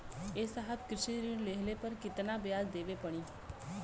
ए साहब कृषि ऋण लेहले पर कितना ब्याज देवे पणी?